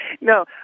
No